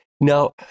now